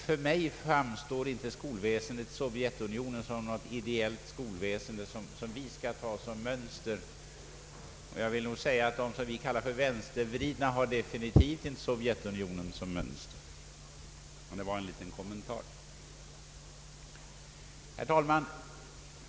För mig framstår inte skolväsendet i Sovjetunionen som något ideal som vi skall ta som mönster, och de som vi kallar vänstervridna har definitivt inte Sovjetunionen som mönster. Allt detta sagt bara som en liten kommentar till herr Axel Anderssons exempel från den ryska skolstadgan.